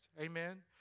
Amen